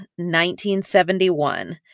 1971